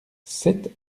sept